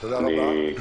תודה רבה.